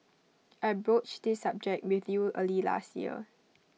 I broached this subject with you early last year